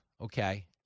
okay